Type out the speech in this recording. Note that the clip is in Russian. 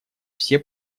все